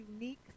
unique